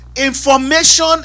Information